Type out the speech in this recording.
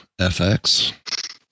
FX